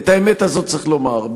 את האמת הזאת צריך לומר.